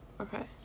okay